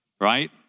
right